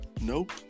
Nope